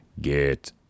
get